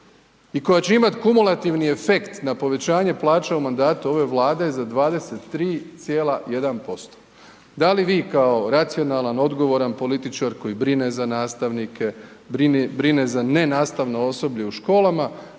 i koja će imati kumulativni efekt na povećanje plaća u mandatu ove Vlade za 23,1%? Da li vi kao racionalan, odgovoran političar koji brine za nastavnike, brine za nenastavno osoblje u školama,